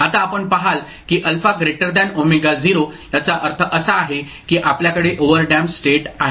आता आपण पहाल की α ω0 याचा अर्थ असा आहे की आपल्याकडे ओव्हरडेम्प्ड स्टेट आहे